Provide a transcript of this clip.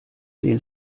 den